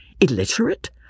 illiterate